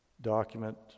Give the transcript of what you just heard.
document